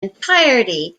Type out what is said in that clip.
entirety